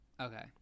Okay